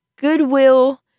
goodwill